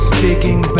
Speaking